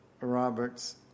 robert's